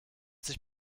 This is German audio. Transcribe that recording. sich